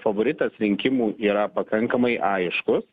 favoritas rinkimų yra pakankamai aiškus